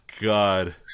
god